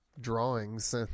drawings